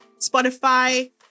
Spotify